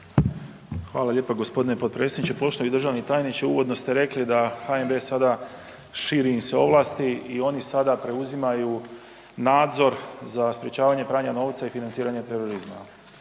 Hvala lijepa g. potpredsjedniče. Poštovani državni tajniče, uvodno ste rekli da HNB sada širi im se ovlasti i oni sada preuzimaju nadzor za sprječavanje pranja novca i financiranje terorizma.